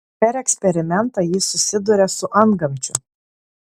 per eksperimentą jis susiduria su antgamčiu